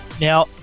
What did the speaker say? Now